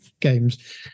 games